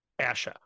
ASHA